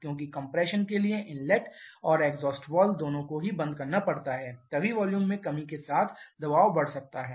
क्योंकि कम्प्रेशन के लिए इनलेट और एग्जॉस्ट वाल्व दोनों को बंद करना पड़ता है तभी वॉल्यूम में कमी के साथ दबाव बढ़ सकता है